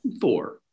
Four